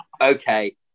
okay